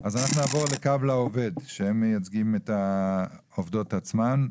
אנחנו נעבור ל'קו לעובד' שהם מייצגים את העובדות עצמן.